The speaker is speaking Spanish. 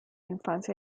infancia